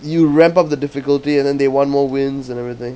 you ramp up the difficulty and then they want more wins and everything